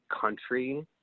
country